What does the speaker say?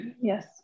Yes